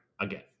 again